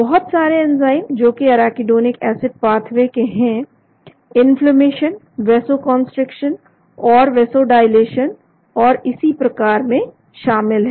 बहुत सारे एंजाइम जोकि एराकीडोनिक एसिड पाथवे के हैं इन्फ्लेमेशन वैसोकंस्ट्रीक्शन और वैसोडाईलेशन और इसी प्रकार में शामिल हैं